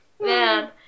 Man